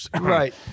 Right